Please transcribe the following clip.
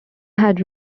had